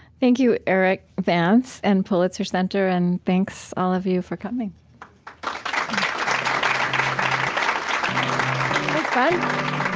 thank you, erik vance and pulitzer center, and thanks all of you, for coming um